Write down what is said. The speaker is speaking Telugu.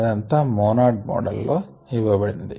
ఇది అంతా మోనాడ్ మోడల్ లో ఇవ్వబడినది